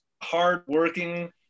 hardworking